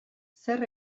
zer